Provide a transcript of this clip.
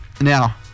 now